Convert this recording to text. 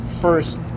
first